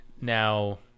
Now